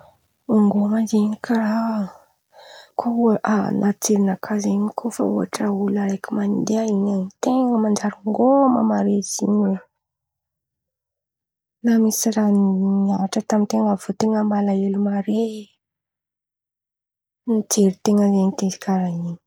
Ngôma zen̈y karàha kô an̈aty jerinakà zen̈y kô fa ohatra olo araiky mandeha in̈y an-ten̈a manjary ngôma mare izy in̈y oe. Na misy raha nihatra tamin-ten̈a avy eo ten̈a malaelo mare, ny jerin-ten̈a zen̈y de karàha in̈y.